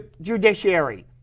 judiciary